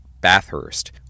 Bathurst